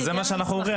זה מה שאנחנו אומרים.